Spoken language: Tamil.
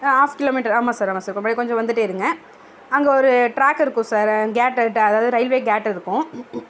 ஆ ஹாஃப் கிலோமீட்ரு ஆமாம் சார் ஆமாம் சார் ரொம்பவே கொஞ்சம் வந்துகிட்டே இருங்க அங்கே ஒரு ட்ராக் இருக்கும் சார் கேட்டுக்கிட்டே அதாவது ரயில்வே கேட் இருக்கும்